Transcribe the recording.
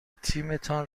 تیمتان